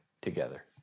together